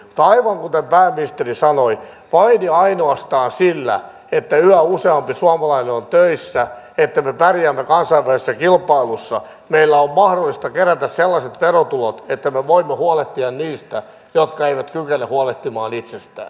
mutta aivan kuten pääministeri sanoi vain ja ainoastaan sillä että yhä useampi suomalainen on töissä että me pärjäämme kansainvälisessä kilpailussa meillä on mahdollista kerätä sellaiset verotulot että me voimme huolehtia niistä jotka eivät kykene huolehtimaan itsestään